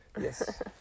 yes